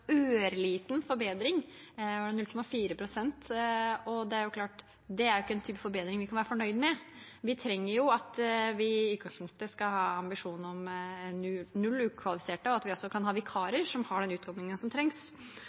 er bare en ørliten forbedring, 0,4 pst. Det er klart at det ikke er en type forbedring man kan være fornøyd med. Vi trenger jo i utgangspunktet å ha en ambisjon om null ukvalifiserte, og også at man kan ha vikarer som har den utdanningen som trengs.